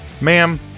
Ma'am